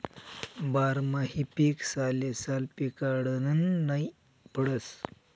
बारमाही पीक सालेसाल पिकाडनं नै पडस